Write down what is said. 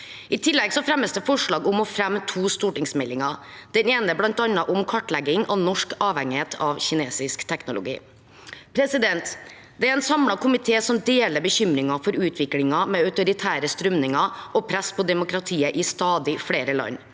I tillegg fremmes det forslag om å fremme to stortingsmeldinger, den ene bl.a. om kartlegging av norsk avhengighet av kinesisk teknologi. Det er en samlet komité som deler bekymringen for utviklingen med autoritære strømninger og press på demokratiet i stadig flere land.